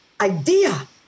idea